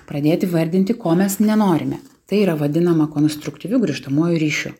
pradėti vardinti ko mes nenorime tai yra vadinama konstruktyviu grįžtamuoju ryšiu